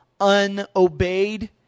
unobeyed